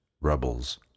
rebels